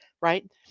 right